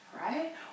right